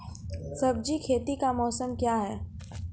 सब्जी खेती का मौसम क्या हैं?